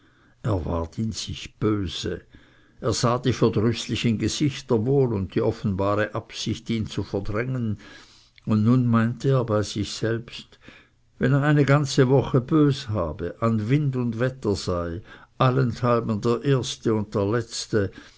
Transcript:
sich böse er sah die verdrüßlichen gesichter wohl und die offenbare absicht ihn zu verdrängen und nun meinte er bei sich selbst wenn er eine ganze woche bös habe an wind und wetter sei allenthalben der erste und der letzte